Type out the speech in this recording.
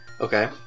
Okay